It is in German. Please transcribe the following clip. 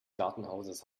gartenhauses